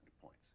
points